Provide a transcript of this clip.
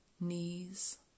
Knees